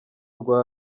rwa